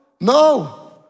No